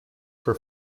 for